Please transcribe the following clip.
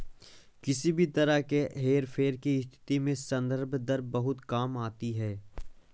किसी भी तरह के हेरफेर की स्थिति में संदर्भ दर बहुत काम में आती है